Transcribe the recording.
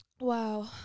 Wow